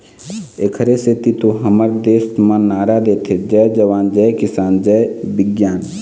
एखरे सेती तो हमर देस म नारा देथे जय जवान, जय किसान, जय बिग्यान